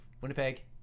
Winnipeg